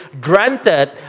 granted